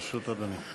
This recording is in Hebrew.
אדוני.